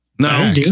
No